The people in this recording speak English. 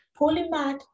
Polymath